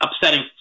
upsetting